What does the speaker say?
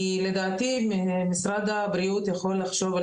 כי לדעתי משרד הבריאות יכול לחשוב על